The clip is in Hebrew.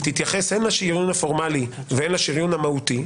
תתייחס הן לשריון הפורמלי והן לשריון המהותי,